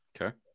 Okay